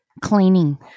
Cleaning